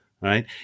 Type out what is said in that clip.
right